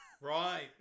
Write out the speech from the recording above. Right